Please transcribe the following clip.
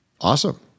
Awesome